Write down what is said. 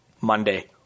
Monday